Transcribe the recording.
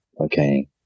okay